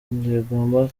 ntibigomba